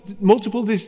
multiple